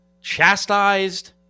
chastised